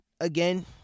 again